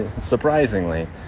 surprisingly